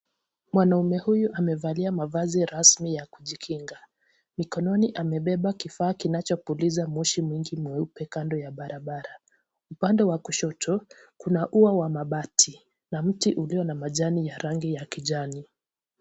Mwanaume huyu amevalia mavazi rasmi ya kujikinga. Mikononi amebeba kifaa kinachopuliza moshi mwingi mweupe kando ya barabara. Upande wa kushoto kuna uwa wa mabati. Na mti ulio na majani ya rangi ya kijani.